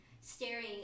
staring